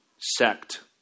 sect